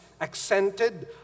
accented